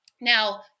now